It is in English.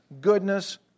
goodness